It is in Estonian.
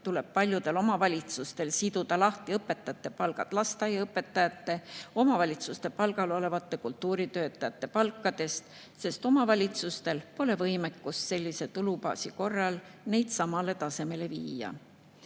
tuleb paljudel omavalitsustel siduda õpetajate palgad lahti lasteaiaõpetajate ja omavalitsuste palgal olevate kultuuritöötajate palkadest, sest omavalitsustel pole võimekust sellise tulubaasi korral neid samale tasemele viia.